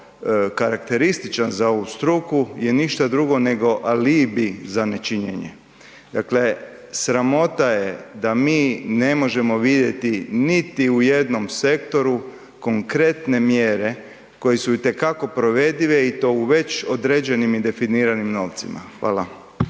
karakterističan za ovu struku je ništa drugo nego alibi za nečinjenje. Dakle, sramota je da mi ne možemo vidjeti niti u jednom sektoru konkretne mjere koje su itekako provedive i to u već određenim i definiranim novcima. Hvala.